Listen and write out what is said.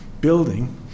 building